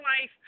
life